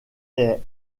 est